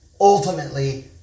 ultimately